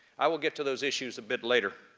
i will get to those issues a bit later.